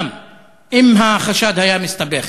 אם החשד היה מסתבך.